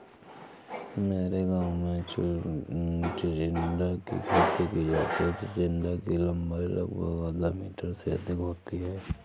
मेरे गांव में चिचिण्डा की खेती की जाती है चिचिण्डा की लंबाई लगभग आधा मीटर से अधिक होती है